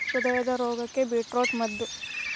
ಹೃದಯದ ರೋಗಕ್ಕ ಬೇಟ್ರೂಟ ಮದ್ದ